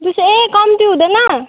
दुई सय ए कम्ती हुँदैन